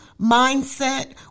mindset